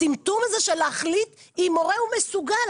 הטמטום הזה של להחליט אם הורה הוא מסוגל.